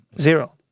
zero